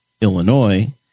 Illinois